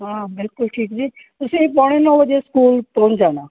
ਹਾਂ ਬਿਲਕੁਲ ਠੀਕ ਜੀ ਤੁਸੀਂ ਪੌਣੇ ਨੌ ਵਜੇ ਸਕੂਲ ਪਹੁੰਚ ਜਾਣਾ